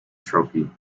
trophy